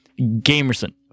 Gamerson